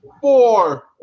four